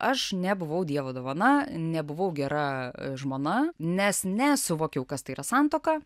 aš nebuvau dievo dovana nebuvau gera žmona nes nesuvokiau kas tai yra santuoka